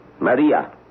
Maria